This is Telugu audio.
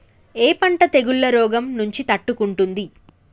ఏ పంట తెగుళ్ల రోగం నుంచి తట్టుకుంటుంది?